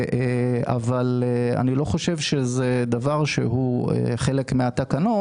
אבל אני לא חושב שזה דבר שהוא חלק מהתקנות.